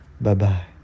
Bye-bye